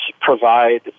provide